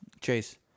Chase